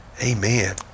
Amen